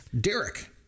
Derek